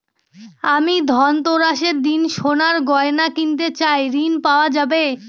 আমি ধনতেরাসের দিন সোনার গয়না কিনতে চাই ঝণ পাওয়া যাবে?